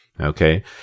Okay